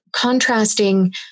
contrasting